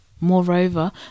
Moreover